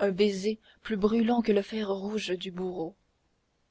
un baiser plus brûlant que le fer rouge du bourreau